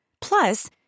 Plus